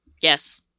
Yes